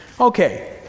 Okay